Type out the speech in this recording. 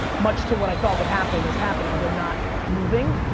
much to what i thought would happen is happening. they're not moving,